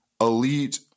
elite